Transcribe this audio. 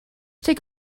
take